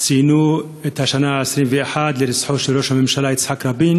ציינו את השנה ה-21 להירצחו של ראש הממשלה יצחק רבין.